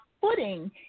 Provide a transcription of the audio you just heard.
footing